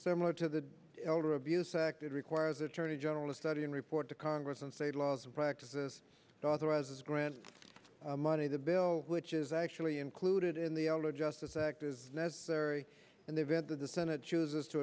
similar to the elder abuse act it requires attorney general a study and report to congress and say laws and practices authorizes grant money the bill which is actually included in the elder justice act is necessary and the event that the senate chooses to